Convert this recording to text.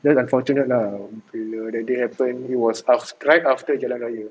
then unfortunate lah bila that day happen it was right after jalan raya